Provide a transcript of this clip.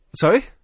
Sorry